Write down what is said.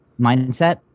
mindset